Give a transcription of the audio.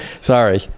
Sorry